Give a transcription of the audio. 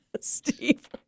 Steve